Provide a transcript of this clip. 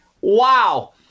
Wow